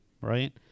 right